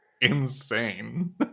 insane